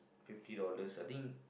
fifty dollars I think